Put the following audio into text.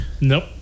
Nope